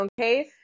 okay